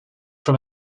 from